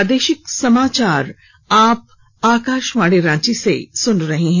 प्रादेशिक समाचार आप आकाशवाणी रांची से सुन रहे हैं